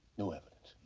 new evidence.